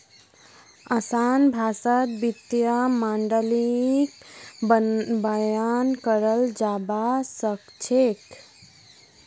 असान भाषात वित्तीय माडलिंगक बयान कराल जाबा सखछेक